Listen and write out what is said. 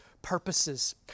purposes